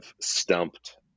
stumped